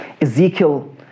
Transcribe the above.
Ezekiel